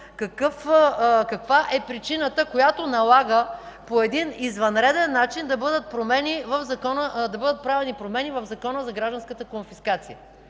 каква е причината, която налага по един извънреден начин да бъдат правени промени в Закона за гражданската конфискация.